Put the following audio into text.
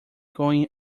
going